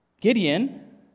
Gideon